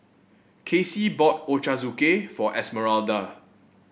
Kacey bought Ochazuke for Esmeralda